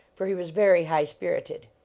for he was very high-spirited.